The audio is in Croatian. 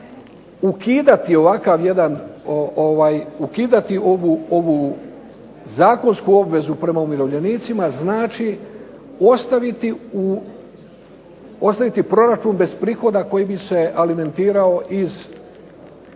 ukidati ovu zakonsku obvezu prema umirovljenicima znači ostaviti proračun bez prihoda koji bi se alimentirao iz